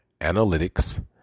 analytics